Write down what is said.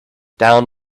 down